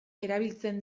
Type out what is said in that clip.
erabiltzen